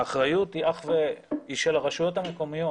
האחריות היא של הרשויות המקומיות